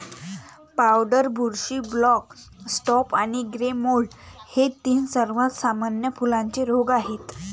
powder बुरशी, black spot आणि grey mould हे तीन सर्वात सामान्य फुलांचे रोग आहेत